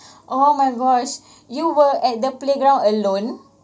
oh my gosh you were at the playground alone